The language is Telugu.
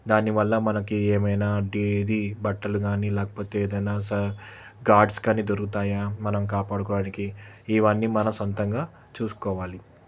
దానివల్ల మనకి ఏమైనా అంటే ఇది బట్టలు కానీ లేకపోతే ఏదన్నా సా గాడ్స్కానీ దొరుకుతాయా మనం కాపాడుకోవడానికి ఇవన్నీ మన సొంతంగా చూసుకోవాలి